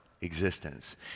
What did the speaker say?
existence